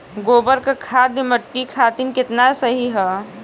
गोबर क खाद्य मट्टी खातिन कितना सही ह?